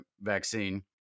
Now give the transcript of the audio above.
vaccine